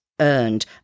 earned